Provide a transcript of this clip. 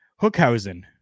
Hookhausen